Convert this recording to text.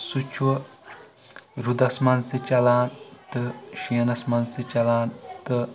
سُہ چھُ روٗدَس منٛز تہِ چلان تہٕ شیٖنس منٛز تہِ چلان تہٕ